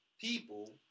people